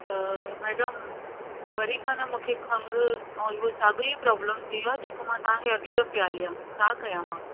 त मैडम वरी खां न मूंखे खंघि ऐं उहो साॻो ई प्रॉब्लम थी आहे जे को मां तव्हांखे अॻे दफ़े आई आहे छा कयां मां